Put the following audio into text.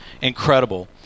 incredible